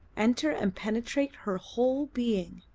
enter and penetrate her whole being.